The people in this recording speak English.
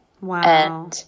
wow